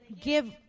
give